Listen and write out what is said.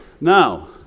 Now